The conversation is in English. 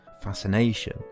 fascination